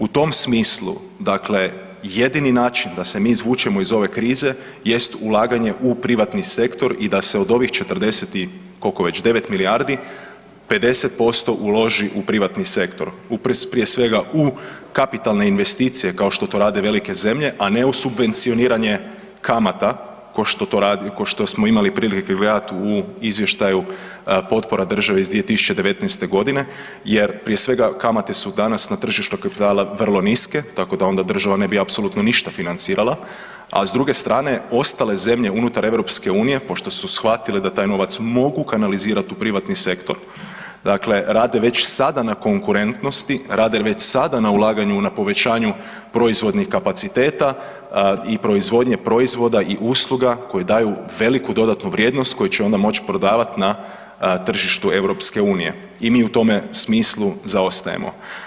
U tom smislu dakle jedini način da se mi izvučemo iz ove krize jest ulaganje u privatni sektor i da se od ovih 40 i koliko već 9 milijardi, 50% uloži u privatni sektor, prije svega u kapitalne investicije kao što to rade velike zemlje, a ne u subvencioniranje kamata, kao što to radi, kao što smo imali prilike gledati u izvještaju potpora države iz 2019. godine, jer prije svega, kamate su danas na tržištu kapitala vrlo niske, tako da onda država ne bi apsolutno ništa financirala, a s druge strane, ostale zemlje unutar Europske unije, pošto su shvatile da taj novac mogu kanalizirati u privatni sektor, dakle rade već sada na konkurentnosti, rade već sada na ulaganju, na povećanju proizvodnih kapaciteta i proizvodnje proizvoda i usluga koje daju veliku dodatnu vrijednost koju će onda moći prodavati na tržištu Europske unije i mi u tome smislu zaostajemo.